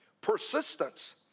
persistence